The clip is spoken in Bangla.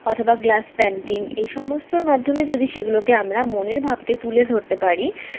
অথবা গ্লাস পেন্টিং এই সমস্তর মাধ্যমে যদি সেগুলোকে আমরা মনের ভাবকে তুলে ধরতে পারি